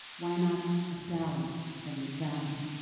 why not a sally from the sally?